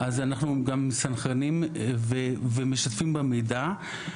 אנחנו גם מסנכרנים ומשתפים במידע.